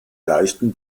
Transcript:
leichten